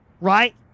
right